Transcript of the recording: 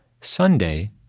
Sunday